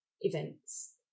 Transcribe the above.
events